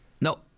No